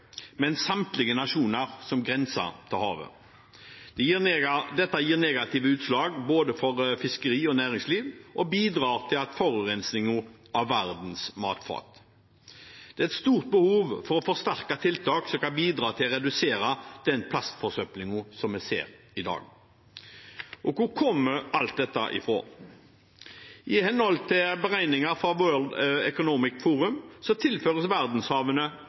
men samtlige nasjoner som grenser til havet. Dette gir negative utslag for både fiskeri og næringsliv og bidrar til forurensingen av verdens matfat. Det er et stort behov for å forsterke tiltakene som kan bidra til å redusere den plastforsøplingen som vi ser i dag. Hvor kommer alt dette fra? I henhold til beregninger fra World Economic Forum tilføres verdenshavene